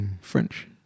French